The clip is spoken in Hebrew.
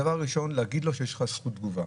הדבר הראשון הוא להגיד לו שיש לו זכות תגובה.